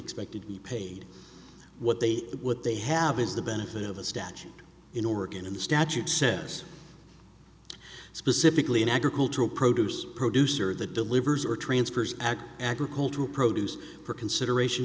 expected to be paid what they what they have is the benefit of the statute in oregon in the statute says specifically in agricultural produce produce or the delivers or transfers x agricultural produce for consideration